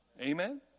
Amen